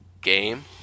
game